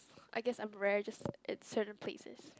I guess I'm rare just in certain places